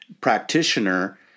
practitioner